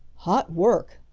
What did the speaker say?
hot work,